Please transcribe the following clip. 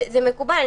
מקובל.